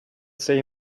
say